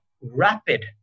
rapid